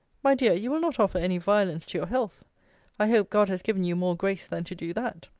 my dear, you will not offer any violence to your health i hope, god has given you more grace than to do that.